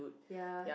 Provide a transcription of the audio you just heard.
ya